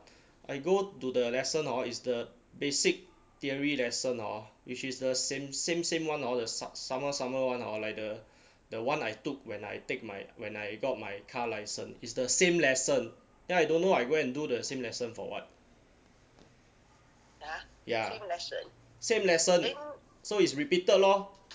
I go to the lesson orh is the basic theory lesson orh which is the same same same orh all the sa~ sama sama [one] orh like the the one I took when I take my when I got my car license is the same lesson then I don't know I go and do the same lesson for what ya same lesson so is repeated lor